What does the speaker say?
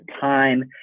time